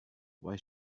why